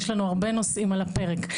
יש לנו הרבה נושאים על הפרק.